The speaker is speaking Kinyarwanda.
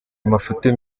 amafuti